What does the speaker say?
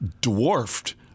dwarfed